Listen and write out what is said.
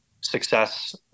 success